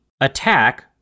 attack